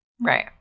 Right